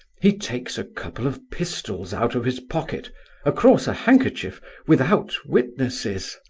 he takes a couple of pistols out of his pocket across a handkerchief without witnesses.